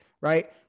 right